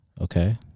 Okay